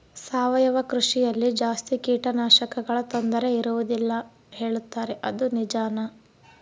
ಸಾವಯವ ಕೃಷಿಯಲ್ಲಿ ಜಾಸ್ತಿ ಕೇಟನಾಶಕಗಳ ತೊಂದರೆ ಇರುವದಿಲ್ಲ ಹೇಳುತ್ತಾರೆ ಅದು ನಿಜಾನಾ?